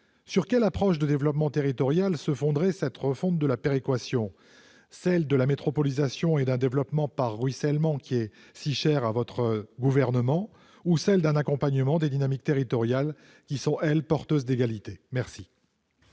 sur quelle approche du développement territorial se fonderait cette refonte de la péréquation ? Choisirez-vous une métropolisation et un développement par ruissellement, si chers à votre gouvernement, ou bien préférerez-vous accompagner des dynamiques territoriales qui sont, elles, porteuses d'égalité ? La